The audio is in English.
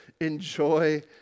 Enjoy